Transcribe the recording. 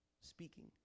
speaking